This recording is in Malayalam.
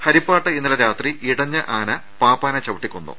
ഹരിപ്പാട്ട് ഇന്നലെ രാത്രി ഇടഞ്ഞ ആന പാപ്പാനെ ചവിട്ടി കൊന്നു